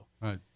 right